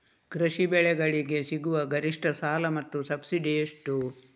ಕೃಷಿ ಬೆಳೆಗಳಿಗೆ ಸಿಗುವ ಗರಿಷ್ಟ ಸಾಲ ಮತ್ತು ಸಬ್ಸಿಡಿ ಎಷ್ಟು?